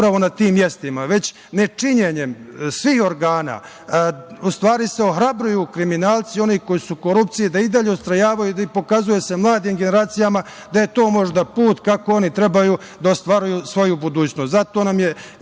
na tim mestima, već nečinjenjem svih organa u stvari se ohrabruju kriminalci i oni koji su u korupciji da i dalje ustrajavaju i da se pokazuje mladim generacijama da je to možda put kako oni trebaju da ostvaruju svoju budućnost. Zato